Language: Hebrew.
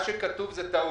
שכתוב, זאת טעות.